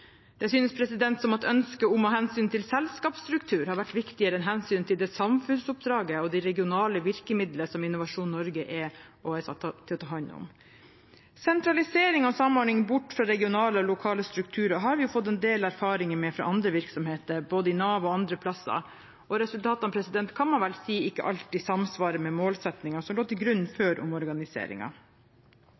Det synes som at ønsket om å ta hensyn til selskapsstruktur har vært viktigere enn hensynet til det samfunnsoppdraget og det regionale virkemiddelet som Innovasjon Norge er og er satt til å ta hånd om. Sentralisering og samordning bort fra regionale og lokale strukturer har vi fått en del erfaringer med fra andre virksomheter, både i Nav og andre steder, og resultatene kan man vel si ikke alltid samsvarer med målsettingen som lå til grunn for omorganiseringen. Vi har allerede fått meldinger om